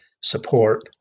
support